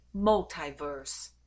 multiverse